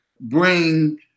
bring